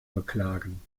beklagen